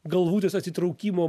galvutės atitraukimo